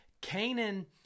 Canaan